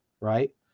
right